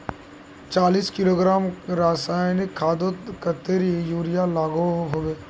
चालीस किलोग्राम रासायनिक खादोत कतेरी यूरिया लागोहो होबे?